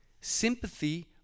sympathy